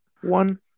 one